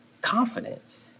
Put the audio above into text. confidence